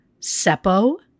Seppo